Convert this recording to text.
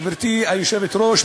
גברתי היושבת-ראש,